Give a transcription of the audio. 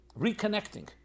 reconnecting